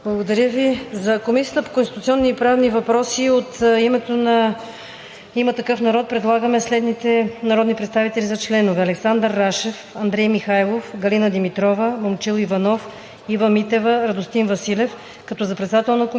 Благодаря Ви. За Комисията по конституционни и правни въпроси от името на „Има такъв народ“ предлагаме следните народни представители за членове: Александър Рашев, Андрей Михайлов, Галина Димитрова, Момчил Иванов, Ива Митева, Радостин Василев,